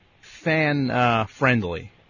fan-friendly